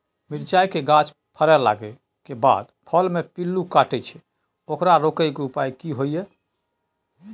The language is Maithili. मिरचाय के गाछ फरय लागे के बाद फल में पिल्लू काटे छै ओकरा रोके के उपाय कि होय है?